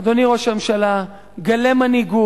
אדוני ראש הממשלה, גלה מנהיגות,